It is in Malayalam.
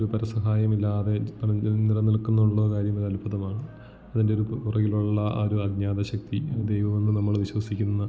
ഒരു പരസഹായമില്ലാതെ പ്രപഞ്ചം നിലനിൽക്കുമെന്നുള്ള കാര്യം ഒരു അത്ഭുതമാണ് അതിൻ്റെ ഒരു പുറകിലുള്ള ആ ഒരു അജ്ഞാത ശക്തി ദൈവമെന്ന് നമ്മൾ വിശ്വസിക്കുന്ന